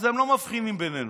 הם לא מבחינים בינינו,